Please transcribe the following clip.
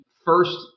first